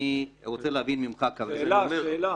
אני רוצה להבין ממך כרגע -- שאלה, שאלה...